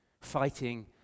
Fighting